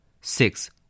six